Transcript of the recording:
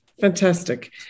Fantastic